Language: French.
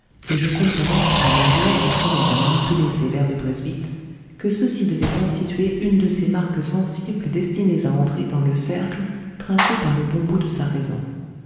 et je comprenais à la joie qu'il prenait à manipuler ces verres de presbyte que ceux-ci devaient constituer une de ces marques sensibles destinées à entrer dans le cercle tracé par le bon bout de sa raison